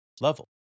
level